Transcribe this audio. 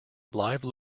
live